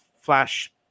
flash